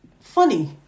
funny